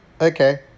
Okay